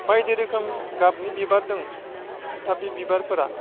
बायदि रोखोम गाबनि बिबार दं दा बे बिबारफोरा